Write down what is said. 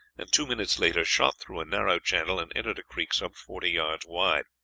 and two minutes later shot through a narrow channel and entered a creek some forty yards wide.